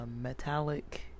metallic